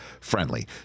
friendly